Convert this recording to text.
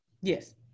Yes